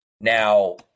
Now